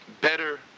better